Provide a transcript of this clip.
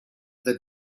the